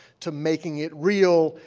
to making it real,